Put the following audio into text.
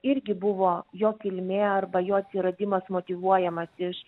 irgi buvo jo kilmė arba jo atsiradimas motyvuojamas iš